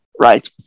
right